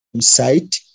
site